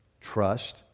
Trust